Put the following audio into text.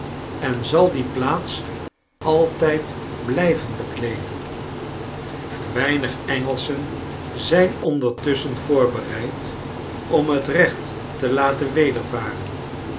en zal die plaats altijd blijven bekleeden weinig engelschen zijn ondertusschen voorbereid om het recht te laten wedervaren